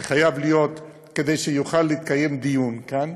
שחייב להיות כדי שיוכל להתקיים דיון כאן,